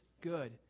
good